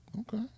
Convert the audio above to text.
Okay